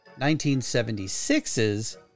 1976's